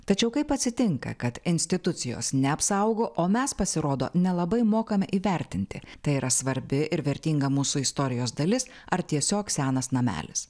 tačiau kaip atsitinka kad institucijos neapsaugo o mes pasirodo nelabai mokame įvertinti tai yra svarbi ir vertinga mūsų istorijos dalis ar tiesiog senas namelis